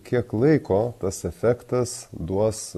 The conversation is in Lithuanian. kiek laiko tas efektas duos